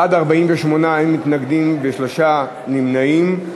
48 בעד, אין מתנגדים, שלושה נמנעים.